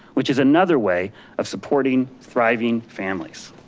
which is another way of supporting thriving families.